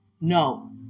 No